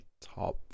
top